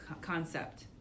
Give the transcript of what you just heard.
concept